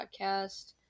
podcast